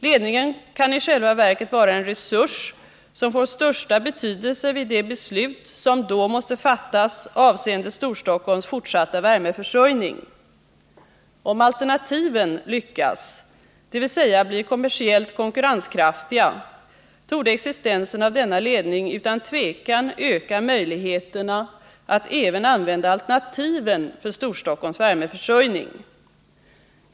Ledningen kan i själva verket vara en resurs som får största betydelse vid de beslut som då måste fattas avseende Storstockholms fortsatta värmeförsörjning. Om ”alternativen” lyckas, dvs. blir kommersiellt konkurrenskraftiga, torde existensen av denna ledning utan tvivel öka möjligheterna att även använda ”alternativen” för Storstockholms värmeförsörjning.